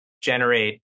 generate